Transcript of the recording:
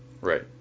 Right